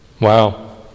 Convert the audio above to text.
Wow